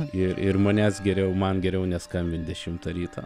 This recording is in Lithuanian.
ir manęs geriau man geriau neskambin dešimtą ryto